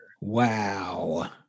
Wow